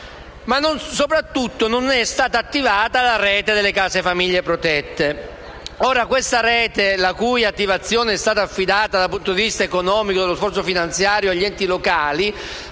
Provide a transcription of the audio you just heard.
è stata messa in opera la rete delle case famiglia protette. Questa rete, la cui attivazione è stata affidata, dal punto di vista economico e dello sforzo finanziario, agli enti locali,